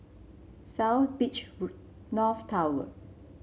South Beach North Tower